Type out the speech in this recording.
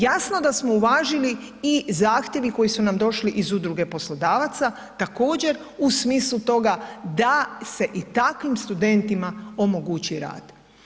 Jasno da smo uvažili i zahtjeve koji su nam došli iz udruge poslodavaca također u smislu toga da se i takvim studentima omogući rad.